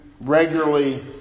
regularly